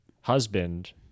husband